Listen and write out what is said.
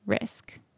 risk